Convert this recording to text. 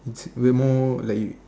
we're more like